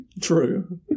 True